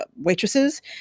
waitresses